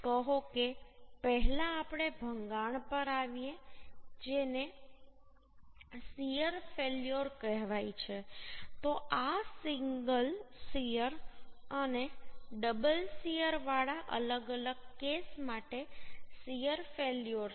કહો કે પહેલા આપણે ભંગાણ પર આવીએ જેને શીયર ફેલ્યોર કહેવાય છે તો આ સિંગલ શીયર અને ડબલ શીયરવાળા અલગ અલગ કેસ માટે શીયર ફેલ્યોર છે